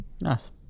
Nice